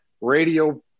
radio